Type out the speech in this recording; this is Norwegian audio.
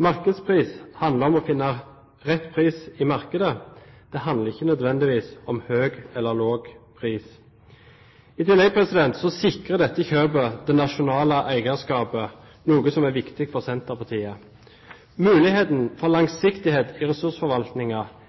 Markedspris handler om å finne rett pris i markedet. Det handler ikke nødvendigvis om høy eller lav pris. I tillegg sikrer dette kjøpet det nasjonale eierskapet, noe som er viktig for Senterpartiet. Muligheten for langsiktighet i